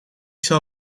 zal